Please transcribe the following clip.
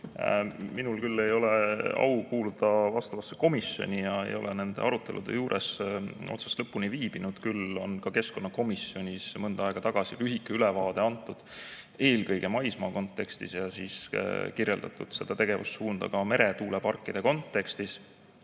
Minul ei ole küll au kuuluda vastavasse komisjoni ja ma ei ole nende arutelude juures otsast lõpuni viibinud, aga ka keskkonnakomisjonis on mõnda aega tagasi antud lühike ülevaade eelkõige maismaa kontekstis ja kirjeldatud seda tegevussuunda ka meretuuleparkide kontekstis.